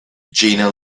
gina